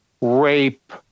rape